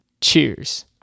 cheers